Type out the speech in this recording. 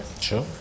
sure